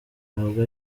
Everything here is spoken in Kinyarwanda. ntabwo